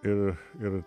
ir ir